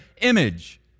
image